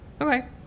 Okay